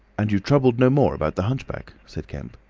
and you troubled no more about the hunchback? said kemp.